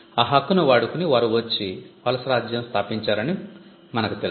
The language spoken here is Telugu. ఆ హక్కును వాడుకుని వారు వచ్చి వలసరాజ్యం స్థాపించారని మీకు తెలుసు